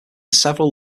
several